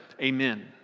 Amen